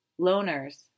loners